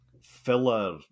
filler